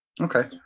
okay